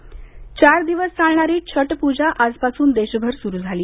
छट प्जा चार दिवस चालणारी छठ पूजा आजपासून देशभर सुरु झाली